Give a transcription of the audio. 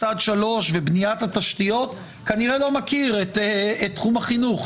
עד שלוש ובניית התשתיות כנראה לא מכיר את תחום החינוך.